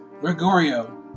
Gregorio